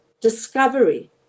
discovery